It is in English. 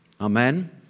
Amen